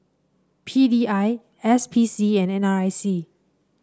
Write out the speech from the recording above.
P D I S P C and N R I C